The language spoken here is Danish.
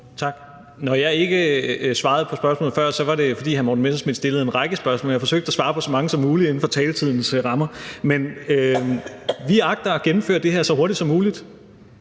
Tak. Når jeg ikke svarede på spørgsmålet før, var det, fordi hr. Morten Messerschmidt stillede en række spørgsmål, og jeg forsøgte at svare på så mange som muligt inden for taletidens rammer. Vi agter at gennemføre det her så hurtigt som muligt.